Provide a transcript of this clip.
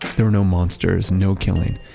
there are no monsters, no killing.